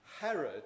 Herod